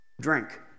drink